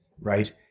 right